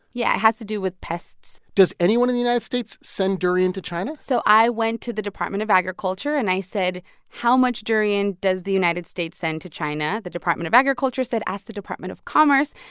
yeah, it has to do with pests does anyone in the united states send durian to china? so i went to the department of agriculture, and i said how much durian does the united states send to china? the department of agriculture said ask the department of commerce.